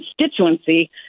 constituency